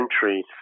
centuries